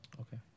Okay